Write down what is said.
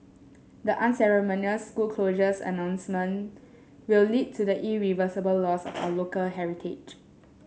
the unceremonious school closures announcement will lead to the irreversible loss of our local heritage